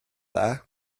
dda